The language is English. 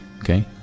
okay